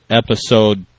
episode